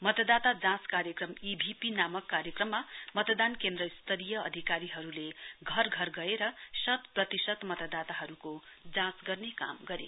मतदाता जाँच कार्यक्रम ईभिएम नामक कार्यक्रममा मतदान केन्द्र स्तरीय अधिकारीहरूले घर घर गएर शतप्रतिशत मतदाताहरूको जाँच गर्ने काम गरे